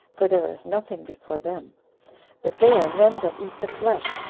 for there is nothing before them but they are men that eat the flesh,